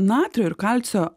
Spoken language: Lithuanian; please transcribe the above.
natrio ir kalcio